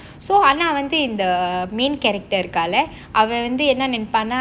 so are now in the in the main character gala event monday in an in